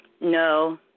No